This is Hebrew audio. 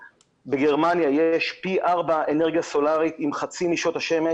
בגרמניה יש פי ארבע אנרגיה סולרית עם חצי משעות השמש.